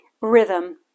rhythm